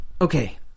okay